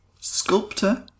sculptor